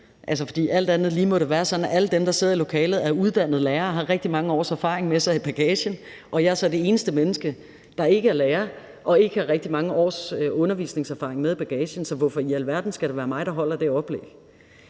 talen. For alt andet lige må det være sådan, at alle dem, der sidder i lokalet, er uddannede lærere og har rigtig mange års erfaring med sig i bagagen, og jeg er så det eneste menneske, der ikke er lærer og ikke har rigtig mange års undervisningserfaring med i bagagen, så hvorfor i alverden skal det være mig, der holder det oplæg?